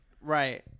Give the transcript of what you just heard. Right